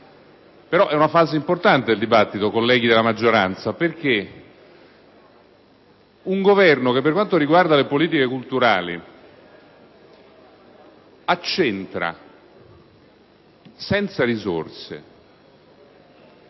però è una fase importante, colleghi della maggioranza, perché un Governo che, per quanto riguarda le politiche culturali, accentra senza destinare